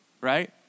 right